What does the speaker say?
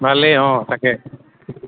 ভালেই অঁ তাকে